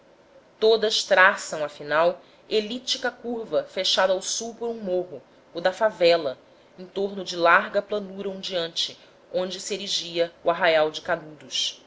todas traçam afinal elíptica curva fechada ao sul por um morro o da favela em torno de larga planura ondeante onde se erigia o arraial de canudos